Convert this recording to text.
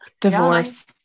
Divorce